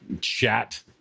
chat